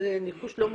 זה ניחוש לא מוכח,